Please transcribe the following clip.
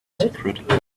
secret